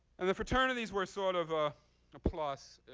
and the fraternities were sort of ah ah plus,